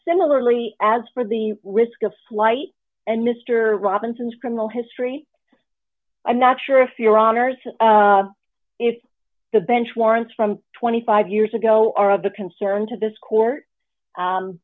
similarly as for the risk of flight and mr robinson's criminal history i'm not sure if your honors if the bench warrants from twenty five years ago are of the concern to this court